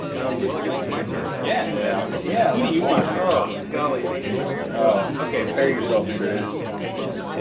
well, i guess it's my turn. yeah. yeah. who do you wanna piss off? golly. kind of but ah ok, prepare yourself, internet. yeah well,